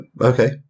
okay